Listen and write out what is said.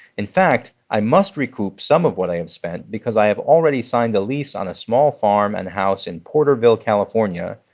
in fact, i must recoup some of what i have spent because i have already signed a lease on a small farm and a house in porterville, calif, yeah